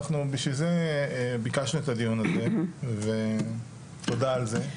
אנחנו בשביל זה ביקשנו את הדיון הזה ותודה על זה.